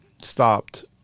stopped